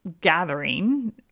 gathering